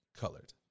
colored